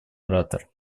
оратор